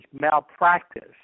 malpractice